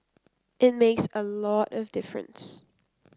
it makes a lot of difference